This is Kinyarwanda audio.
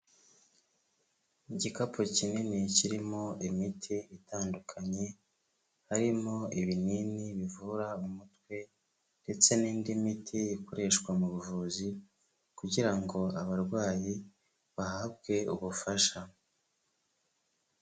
Igikapu kinini kirimo imiti itandukanye, harimo ibinini bivura umutwe ndetse n'indi miti ikoreshwa mu buvuzi kugira ngo abarwayi bahabwe ubufasha.